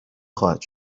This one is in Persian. خواهد